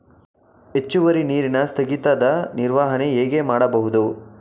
ಹೆಚ್ಚುವರಿ ನೀರಿನ ಸ್ಥಗಿತದ ನಿರ್ವಹಣೆ ಹೇಗೆ ಮಾಡಬಹುದು?